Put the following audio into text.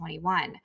2021